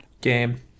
game